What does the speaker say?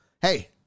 hey